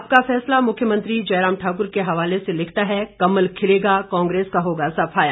आपका फैसला मुख्यमंत्री जयराम ठाक्र के हवाले से लिखता है कमल खिलेंगा कांग्रेस का होगा सफाया